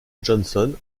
johnson